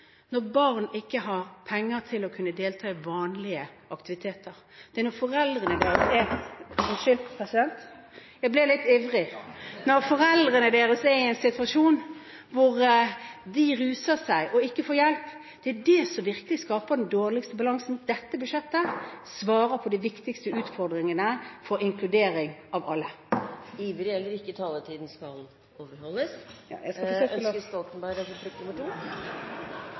når barn ikke har penger til å kunne delta i vanlige aktiviteter. Det er når foreldrene deres er –. Unnskyld, president, jeg ble litt ivrig! Når foreldrene deres er i en situasjon hvor de ruser seg og ikke får hjelp – det er det som virkelig skaper den dårligste balansen . Dette budsjettet svarer på de viktigste utfordringene for inkludering av alle. Ivrig, eller ikke – taletiden skal overholdes.